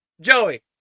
Joey